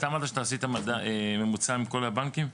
אתה אמרת שעשית ממוצע מכל הבנקים?